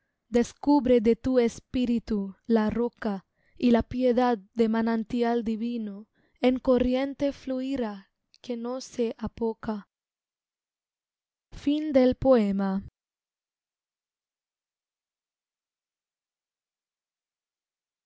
descubre de tu espíritu la roca y la piedad de manantial divino en corriente fluirá que no se apoca